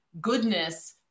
goodness